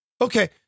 Okay